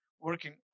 working